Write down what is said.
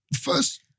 first